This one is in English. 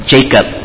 Jacob